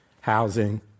housing